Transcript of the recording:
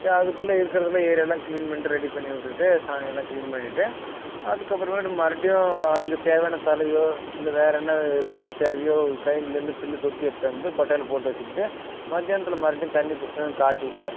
சரி அதுக்குள்ளே இருக்குகிறதெல்லாம் ஏரியாலாம் க்ளீன் பண்ணிகிட்டு ரெடி பண்ணி விட்டுட்டு சாணியெல்லாம் க்ளீன் பண்ணிகிட்டு அதுக்கப்பறமேட்டு மறுபடியும் அதுக்கு தேவையான தலையோ இல்லை வேறு என்ன பில்லு தேவையோ கயனிலேருந்து பில்லு கொத்தி எடுத்து வந்து கொட்டாயில் போட்டு வச்சுக்கிட்டு மதியானத்தில் மறுபடியும் தண்ணி பிடிச்சிட்டு வந்து காட்டிவிட்டு